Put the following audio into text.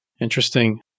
Interesting